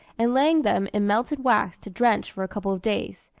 and laying them in melted wax to drench for a couple of days,